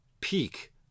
peak